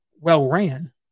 well-ran